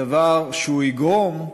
הדבר שהוא יגרום,